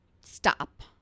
stop